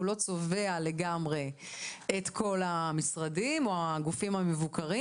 הוא לא צובע לגמרי את כל המשרדים או הגופים המבוקרים.